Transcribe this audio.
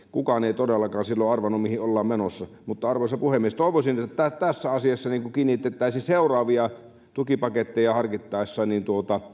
kukaan ei todellakaan silloin arvannut mihin ollaan menossa mutta arvoisa puhemies toivoisin että tässä asiassa kiinnitettäisiin seuraavia tukipaketteja harkittaessa